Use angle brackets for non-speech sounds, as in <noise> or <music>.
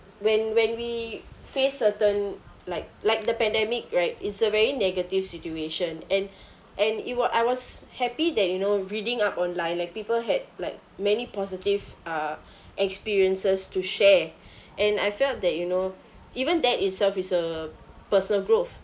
when when we face certain like like the pandemic right it's a very negative situation and <breath> and it wa~ I was happy that you know reading up on like people had like many positive uh <breath> experiences to share <breath> and I felt that you know even that itself is a personal growth